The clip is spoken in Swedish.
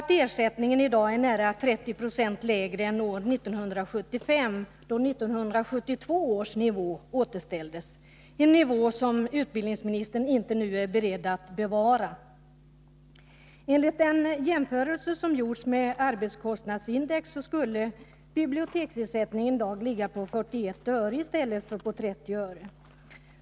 Ersättningen är i dag nära 30 Z0 lägre än år 1975, då 1972 års nivå återställdes — en nivå som utbildningsministern nu inte är beredd att bevara. Enligt den jämförelse som gjorts med arbetskostnadsindex skulle biblioteksersättningen i dag ligga på 41 öre i stället för på 30 öre.